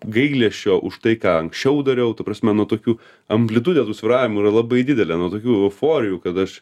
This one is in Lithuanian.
gailesčio už tai ką anksčiau dariau ta prasme nuo tokių amplitudė tų svyravimų yra labai didelė nuo tokių euforijų kad aš